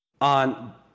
on